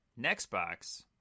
Nextbox